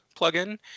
plugin